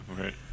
Right